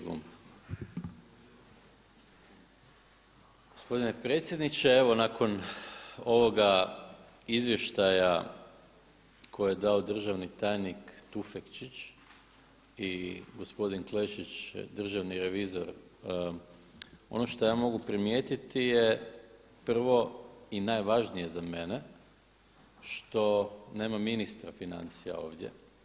Gospodine predsjedniče, evo nakon ovoga izvještaja koje je dao državni tajnik Tufekčić i gospodin Klešić, državni revizor ono šta ja mogu primijetiti je prvo i najvažnije za mene što nema ministra financija ovdje.